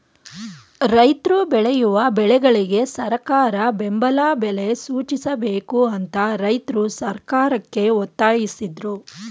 ರೈತ್ರು ಬೆಳೆಯುವ ಬೆಳೆಗಳಿಗೆ ಸರಕಾರ ಬೆಂಬಲ ಬೆಲೆ ಸೂಚಿಸಬೇಕು ಅಂತ ರೈತ್ರು ಸರ್ಕಾರಕ್ಕೆ ಒತ್ತಾಸಿದ್ರು